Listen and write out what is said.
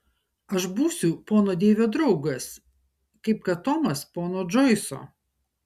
aš būsiu pono deivio draugas kaip kad tomas pono džoiso